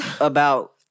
about-